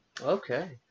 Okay